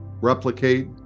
replicate